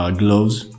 gloves